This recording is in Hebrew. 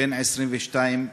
בן 22,